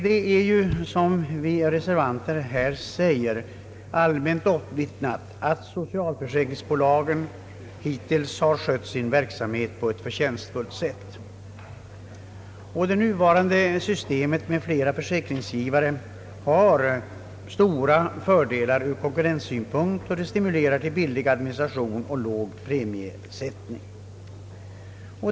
Det är, som vi reservanter här säger, allmänt omvittnat att socialförsäkringsbolagen hittills har skött sin verksamhet på ett förtjänstfullt sätt. Det nuvarande systemet med flera försäkringsgivare har stora fördelar ur konkurrenssynpunkt, då det stimulerar till billig administration och låg premiesättning.